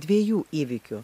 dviejų įvykių